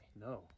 No